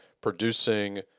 producing